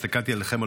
הסתכלתי עליכם,